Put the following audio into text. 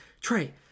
Trey